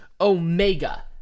Omega